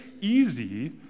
easy